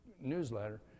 newsletter